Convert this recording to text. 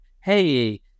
hey